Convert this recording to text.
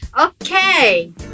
okay